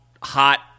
hot